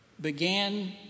began